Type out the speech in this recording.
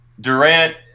Durant